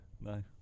No